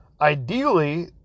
Ideally